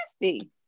nasty